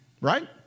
Right